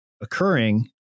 occurring